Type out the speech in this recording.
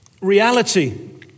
reality